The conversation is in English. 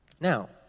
Now